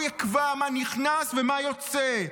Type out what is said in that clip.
הוא יקבע מה נכנס ומה יוצא.